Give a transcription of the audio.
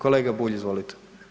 Kolega Bulj, izvolite.